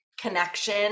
connection